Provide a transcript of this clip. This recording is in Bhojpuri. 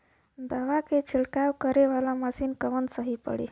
दवा के छिड़काव करे वाला मशीन कवन सही पड़ी?